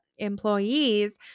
employees